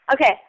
Okay